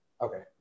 Okay